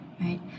right